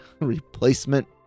replacement